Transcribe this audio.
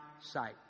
sight